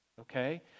okay